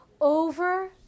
over